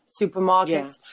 supermarkets